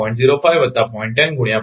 1 વત્તાinto 0